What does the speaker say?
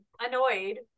annoyed